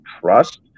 trust